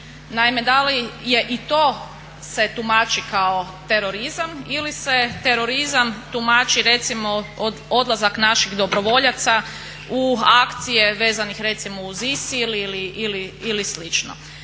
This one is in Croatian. Naime da li i to se tumači kao terorizam ili se kao terorizam tumači recimo odlazak naših dobrovoljaca u akcije vezano recimo uz ISIL ili